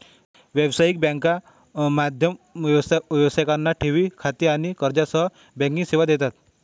व्यावसायिक बँका मध्यम व्यवसायांना ठेवी खाती आणि कर्जासह बँकिंग सेवा देतात